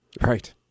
Right